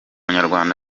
umunyarwanda